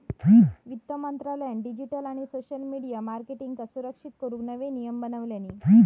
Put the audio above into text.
वित्त मंत्रालयान डिजीटल आणि सोशल मिडीया मार्केटींगका सुरक्षित करूक नवे नियम बनवल्यानी